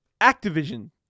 Activision